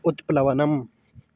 उत्प्लवनम्